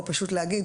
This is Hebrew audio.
או פשוט להגיד